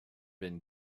been